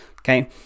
okay